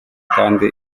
kandi